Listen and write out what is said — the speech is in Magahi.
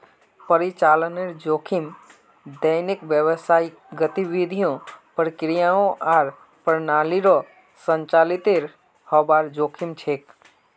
परिचालनेर जोखिम दैनिक व्यावसायिक गतिविधियों, प्रक्रियाओं आर प्रणालियोंर संचालीतेर हबार जोखिम छेक